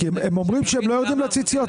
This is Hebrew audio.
הם אומרים שהם לא יורדים לציציות,